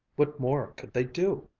what more could they do?